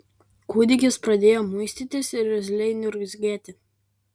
kūdikis pradėjo muistytis ir irzliai niurzgėti